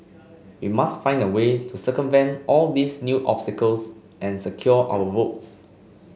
we must find a way to circumvent all these new obstacles and secure our votes